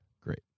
Great